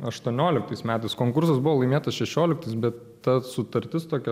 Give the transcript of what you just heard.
aštuonioliktais metais konkursas buvo laimėtas šešioliktais bet ta sutartis tokia